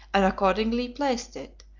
and accordingly placed it,